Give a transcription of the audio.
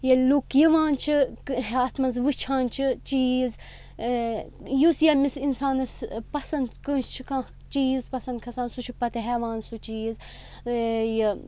ییٚلہِ لُکھ یِوان چھِ اَتھ منٛز وٕچھان چھِ چیٖز یُس ییٚمِس اِنسانَس پَسَنٛد کٲنٛسہِ چھُ کانٛہہ چیٖز پَسَنٛد کھَسان سُہ چھُ پَتہٕ ہیٚوان سُہ چیٖز یہِ